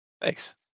thanks